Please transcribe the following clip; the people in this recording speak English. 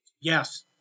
Yes